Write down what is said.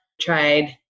tried